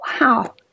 wow